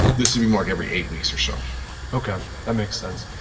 this would be more like every eight weeks or so okay, that makes sense.